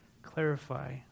Clarify